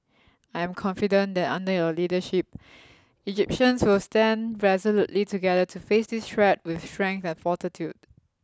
I am confident that under your leadership Egyptians will stand resolutely together to face this threat with strength and fortitude